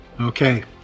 Okay